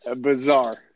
bizarre